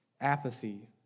apathy